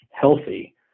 healthy